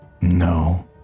No